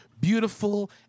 beautiful